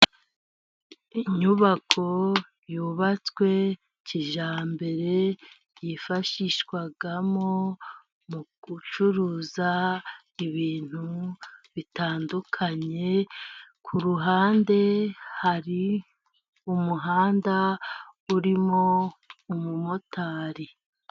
Inyubako yubatswe kijyambere yifashishwamo mu gucuruza ibintu bitandukanye. Ku ruhande hari umuhanda urimo umumotari.